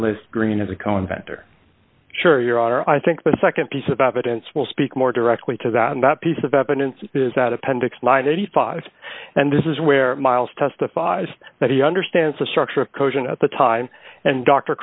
list green as a convent or sure your honor i think the nd piece of evidence will speak more directly to that and that piece of evidence is that appendix line eighty five and this is where miles testifies that he understands the structure of coaching at the time and dr